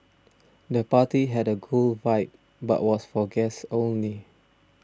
the party had a cool vibe but was for guests only